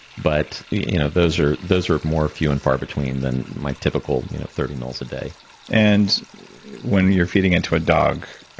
but you know those are those are more few and far between than my typical you know thirty mls a day and when you're feeding it to a dog,